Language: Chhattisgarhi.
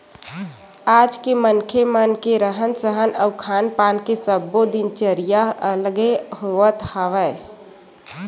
आज के मनखे मन के रहन सहन अउ खान पान के सब्बो दिनचरया अलगे होवत हवय